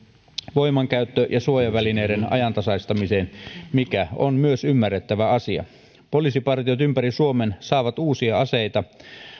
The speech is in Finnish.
voimankäyttö ja suojavälineiden ajantasaistamiseen mikä on myös ymmärrettävä asia poliisipartiot ympäri suomen saavat uusia aseita